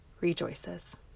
rejoices